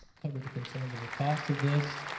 covered the concerns of the cost of this.